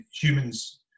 humans